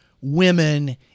women